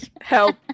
Help